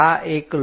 આ એક લો